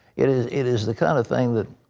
it is it is the kind of thing that